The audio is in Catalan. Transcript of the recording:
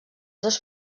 dos